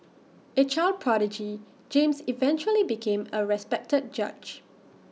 A child prodigy James eventually became A respected judge